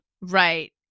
Right